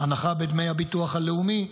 הנחה בדמי הביטוח הלאומי,